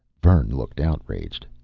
vern looked outraged.